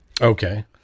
Okay